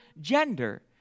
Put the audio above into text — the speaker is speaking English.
gender